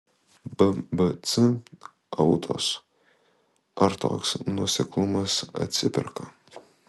bbc autos ar toks nuoseklumas atsiperka